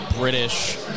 British